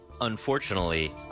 unfortunately